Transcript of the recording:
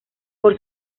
por